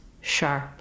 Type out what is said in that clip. sharp